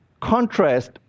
contrast